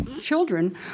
children